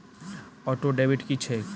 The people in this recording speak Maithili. ऑटोडेबिट की छैक?